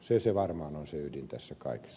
se varmaan on se ydin tässä kaikessa